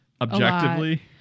Objectively